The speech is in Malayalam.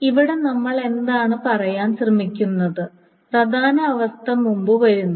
ഇവിടെ നമ്മൾ എന്താണ് പറയാൻ ശ്രമിക്കുന്നത് പ്രധാന അവസ്ഥ മുമ്പ് വരുന്നു